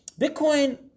Bitcoin